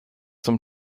zum